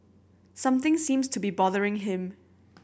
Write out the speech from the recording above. something seems to be bothering him